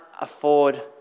afford